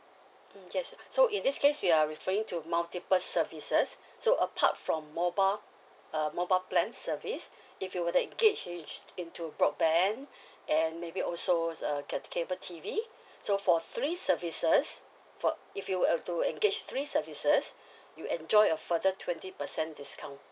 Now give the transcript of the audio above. mm yes so in this case you are referring to multiple services so apart from mobile err mobile plan service if you were to engage in into broadband and maybe also err cab~ cable T_V so for three services for if you were to engage three services you enjoy a further twenty percent discount